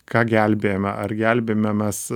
ką gelbėjame ar gelbėjame mes